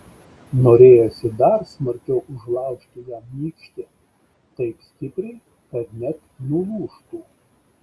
norėjosi dar smarkiau užlaužti jam nykštį taip stipriai kad net nulūžtų